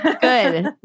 Good